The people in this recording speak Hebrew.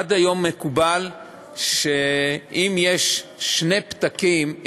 עד היום מקובל שאם יש שני פתקים,